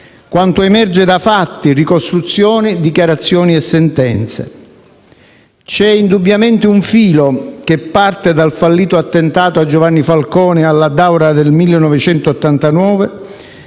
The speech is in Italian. quanto emerge da fatti, ricostruzioni, dichiarazioni e sentenze. C'è indubbiamente un filo, che parte dal fallito attentato a Giovanni Falcone all'Addaura del 1989